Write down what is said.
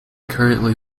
currently